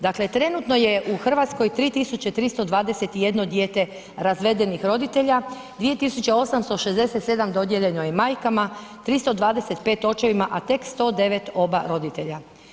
Dakle trenutno je u Hrvatskoj 3321 dijete razvedenih roditelja, 2867 dodijeljeno je majkama, 325 očevima a tek 109 oba roditelja.